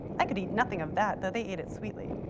i could eat nothing of that, though they eat it sweetly.